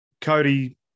Cody